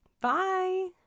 Bye